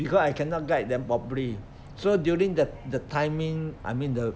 because I cannot guide them properly so during the the timing I mean the